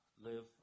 live